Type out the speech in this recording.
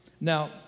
Now